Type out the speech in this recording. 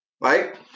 right